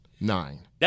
Nine